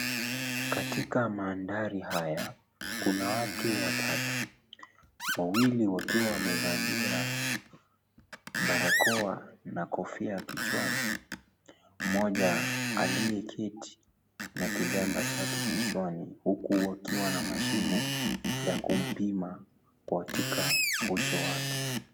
Katika mandhari haya kuna watu watatu, wawili wakiwa wamevalia barakoa na kofia kichwani. Mmoja aliyeketi na kilemba chake kichwani huku wakiwa na mashine ya kumpima katika uso wake.